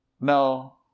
No